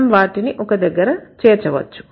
మనం వాటిని ఒక దగ్గర చేర్చవచ్చు